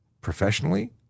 Professionally